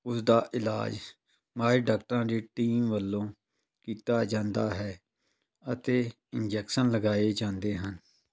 ਉਸ ਦਾ ਇਲਾਜ ਮਾਹਿਰ ਡਾਕਟਰਾਂ ਦੀ ਟੀਮ ਵੱਲੋਂ ਕੀਤਾ ਜਾਂਦਾ ਹੈ ਅਤੇ ਇੰਜੈਕਸ਼ਨ ਲਗਾਏ ਜਾਂਦੇ ਹਨ